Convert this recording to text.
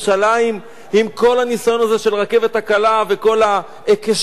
עם כל הניסיון הזה של הרכבת הקלה וכל ההיקשים שהקישו לה,